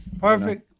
Perfect